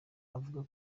avuga